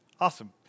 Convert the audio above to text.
Awesome